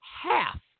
half